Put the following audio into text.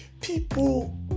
People